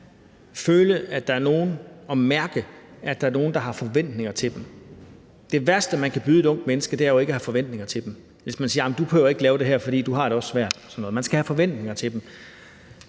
først og fremmest føle og mærke, at der er nogen, der har forventninger til dem. Det værste, man kan byde unge mennesker, er ikke at have forventninger til dem. Hvis man siger: Du behøver ikke lave det her, fordi du også har det svært, og sådan noget. Man skal have forventninger til dem.